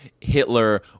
Hitler